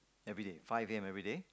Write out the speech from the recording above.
everyday five A_M everyday